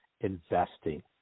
investing